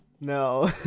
No